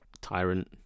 tyrant